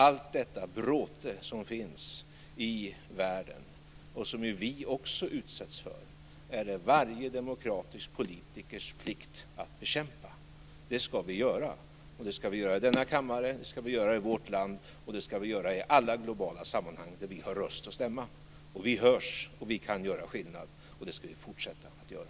Allt detta bråte som finns i världen, och som vi också utsätts för, är det varje demokratisk politikers plikt att bekämpa. Det ska vi göra. Det ska vi göra i denna kammare, det ska vi göra i vårt land och det ska vi göra i alla globala sammanhang där vi har röst och stämma. Vi hörs, och vi kan göra skillnad. Det ska vi fortsätta att göra.